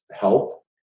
help